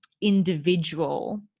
individual